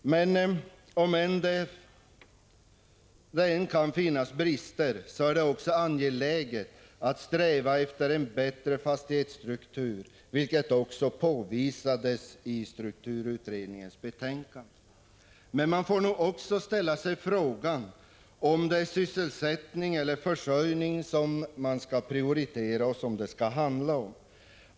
Om det än kan finnas brister, är det också angeläget att sträva efter en bättre fastighetsstruktur, vilket också påvisades i strukturutredningens betänkande. Men man får nog också ställa sig frågan om det är sysselsättning eller försörjning som det handlar om och som man skall prioritera.